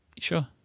Sure